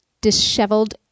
disheveled